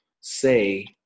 say